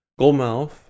Goldmouth